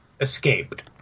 escaped